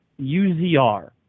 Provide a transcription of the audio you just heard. UZR